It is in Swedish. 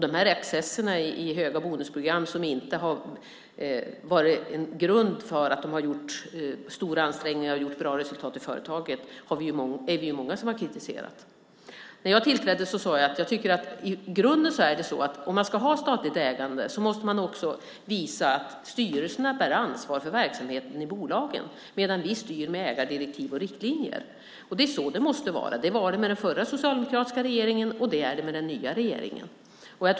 Dessa excesser i höga bonusprogram som inte haft någon grund i att man gjort stora ansträngningar och haft ett bra resultat i företaget är vi många som har kritiserat. När jag tillträdde sade jag att det i grunden är så att om man ska ha statligt ägande måste man också visa att styrelserna bär ansvaret för bolagen, medan vi styr med ägardirektiv och riktlinjer. Det är så det måste vara. Det var så med den förra socialdemokratiska regeringen och är så med den nya regeringen.